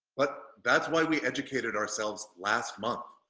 but that's why we educated ourselves last month.